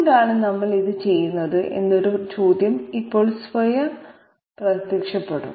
എന്തുകൊണ്ടാണ് നമ്മൾ ഇത് ചെയ്യുന്നത് എന്ന് ഒരു ചോദ്യം ഇപ്പോൾ സ്വയമേവ പ്രത്യക്ഷപ്പെടുന്നു